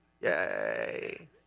Yay